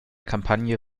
kampagne